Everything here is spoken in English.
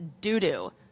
doo-doo